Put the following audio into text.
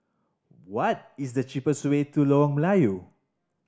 what is the cheapest way to Lorong Melayu